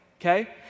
okay